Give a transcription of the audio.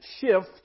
shift